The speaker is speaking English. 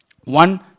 One